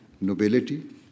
nobility